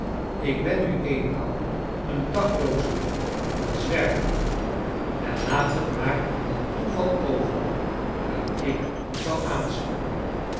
ik ben mi eenmaal een daklooze een zwerver en laat het maar aan net toeval over waar ik zal aanspoelen